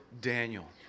Daniel